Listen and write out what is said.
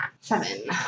seven